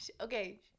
Okay